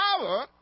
power